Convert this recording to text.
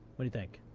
what do you think?